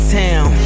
town